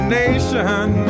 nation